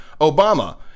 Obama